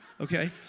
Okay